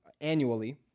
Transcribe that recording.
annually